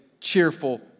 cheerful